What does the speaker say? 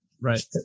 Right